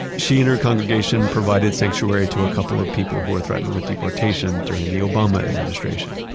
she and her congregation provided sanctuary to a couple of people who were threatened with deportation during the obama administration.